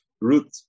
Root